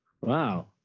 Wow